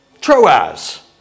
Troas